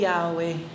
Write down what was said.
Yahweh